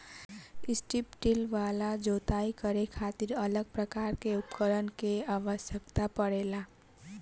strip till वाला जोताई करे खातिर अलग प्रकार के उपकरण के आवस्यकता पड़ेला